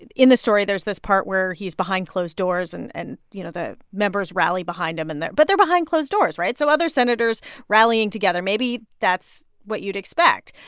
in the story, there's this part where he's behind closed doors and and, you know, the members rally behind him. and they're but they're behind closed doors, right? so other senators rallying together maybe that's what you'd expect.